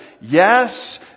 yes